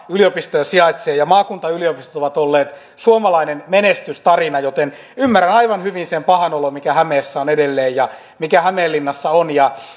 yliopistoja sijaitsee maakuntayliopistot ovat olleet suomalainen menestystarina joten ymmärrän aivan hyvin sen pahan olon mikä hämeessä on edelleen ja mikä hämeenlinnassa on